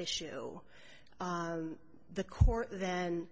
issue the court then